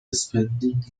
spending